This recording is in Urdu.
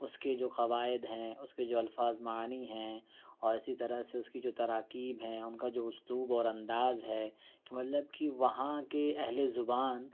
اس کے جو قواعد ہیں اس کے جو الفاظ معانی ہیں اور اسی طرح سے اس کی جو تراکیب ہیں ان کا جو اسلوب اور انداز ہے کہ مطلب کہ وہاں کے اہل زبان